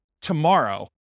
tomorrow